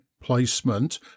placement